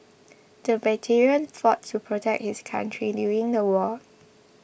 the veteran fought to protect his country during the war